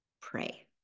Pray